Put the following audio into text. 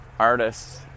artists